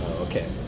Okay